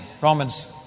Romans